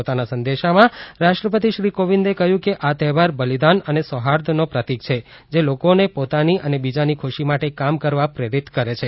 પોતાના સંદેશામાં રાષ્ટ્રપતિ શ્રી કોવિંદે કહ્યું કે આ તહેવાર બલિદાન અને સૌર્હાદનો પ્રતિક છે જે લોકોને પોતાની અને બીજાની ખુશી માટે કામ કરવા પ્રેરિત કરે છે